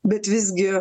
bet visgi